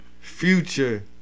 Future